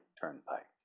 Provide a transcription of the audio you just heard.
turnpike